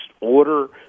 order